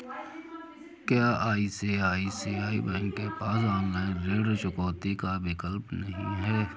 क्या ICICI bank के पास ऑनलाइन ऋण चुकौती का विकल्प नहीं है?